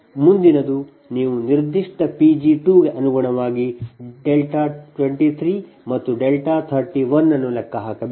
ಮುಂದಿನದು ನೀವು ನಿರ್ದಿಷ್ಟ P g2 ಗೆ ಅನುಗುಣವಾಗಿ δ 23 ಮತ್ತು δ 31 ಅನ್ನು ಲೆಕ್ಕ ಹಾಕಬೇಕು